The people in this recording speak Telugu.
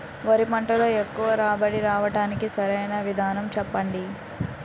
వరి పంటలో ఎక్కువ రాబడి రావటానికి సరైన విధానం చెప్పండి?